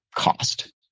Cost